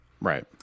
Right